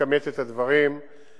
לכמת את הדברים ולפעול.